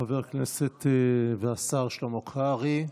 חבר הכנסת והשר שלמה קרעי,